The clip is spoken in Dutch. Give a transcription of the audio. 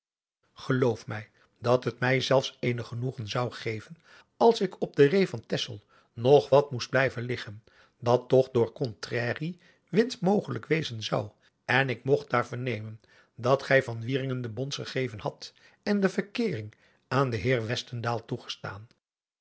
geloof mij dat het mij zelfs eenig genoegen zou geven als ik op de reê van texel nog wat moest blijven liggen dat toch door contrarie wind mogelijk wezen zou en ik mogt daar vernemen dat gij van wieringen de bons gegeven hadt en de verkeering aan den heer westendaal toegestaan